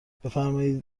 بفرمایید